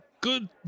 Good